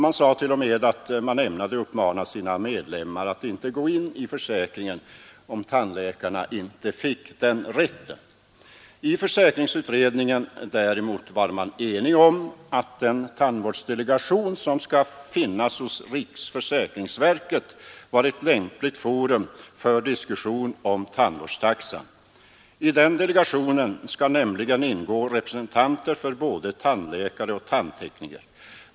Man sade t.o.m. att man ämnade uppmana sina medlemmar att inte gå in i försäkringen, om tandläkarna inte fick den rätten. I försäkringsutredningen var man däremot enig om att den tandvårdsdelegation som skall finnas hos riksförsäkringsverket var ett lämpligt forum för diskussion om tandvårdstaxan. I den delegationen skall nämligen ingå representanter för både tandläkare och tandtekniker.